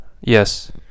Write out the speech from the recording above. yes